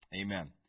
Amen